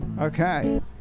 okay